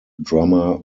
drummer